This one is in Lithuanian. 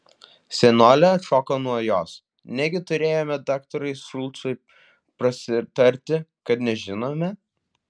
senolė atšoko nuo jos negi turėjome daktarui šulcui prasitarti kad nežinome